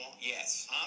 Yes